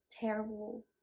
terrible